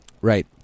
Right